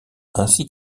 ainsi